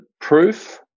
proof